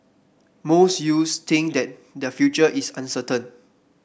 most youths think that their future is uncertain